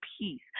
peace